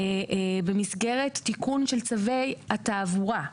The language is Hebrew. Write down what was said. במסגרת תיקון של צווי התעבורה,